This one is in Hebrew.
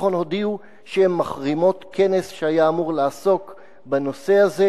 התיכון הודיעו שהן מחרימות כנס שהיה אמור לעסוק בנושא הזה